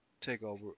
takeover